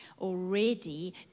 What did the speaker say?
Already